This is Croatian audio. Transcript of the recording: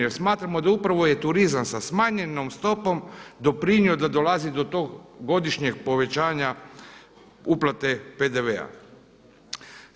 Jer smatramo da upravo je turizam sa smanjenom stopom doprinio da dolazi do tog godišnjeg povećanja uplate PDV-a.